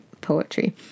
poetry